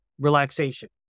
relaxation